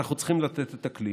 ואנחנו צריכים לתת את הכלי.